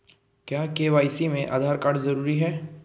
क्या के.वाई.सी में आधार कार्ड जरूरी है?